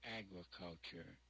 agriculture